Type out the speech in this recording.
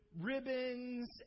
ribbons